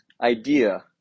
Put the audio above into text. idea